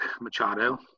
Machado